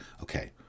okay